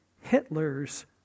Hitler's